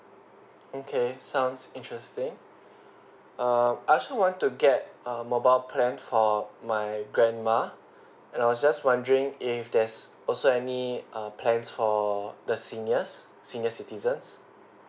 okay sounds interesting um I also want to get um mobile plan for my grandma and I was just wondering if there's also any err plans for the seniors senior citizens